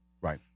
Right